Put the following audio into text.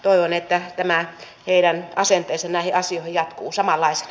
toivon että tämä heidän asenteensa näihin asioihin jatkuu samanlaisena